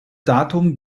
datum